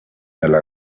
allow